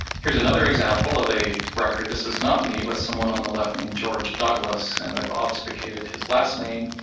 here's another example of a record. this is not me, but someone on the left named george douglas, and i've obfuscated his last name.